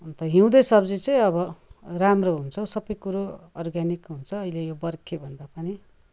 अन्त हिउँदे सब्जी चाहिँ अब राम्रो हुन्छ सबै कुरो अर्ग्यानिक हुन्छ अहिले यो बर्खेभन्दा पनि